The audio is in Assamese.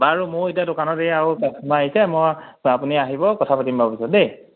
বাৰু ময়ো এতিয়া দোকানত এই আৰু কাষ্টমাৰ আহিছে মই আপুনি আহিব কথা পাতিম বাৰু পিছত দেই